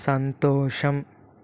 సంతోషం